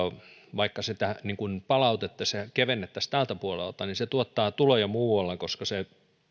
vaikka sitä palautettaisiin ja kevennettäisiin tältä puolelta niin se tuottaa tuloja muualla koska se